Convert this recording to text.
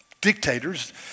dictators